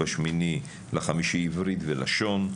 ב-8.5 עברית ולשון,